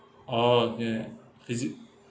oh ya is it